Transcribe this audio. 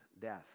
death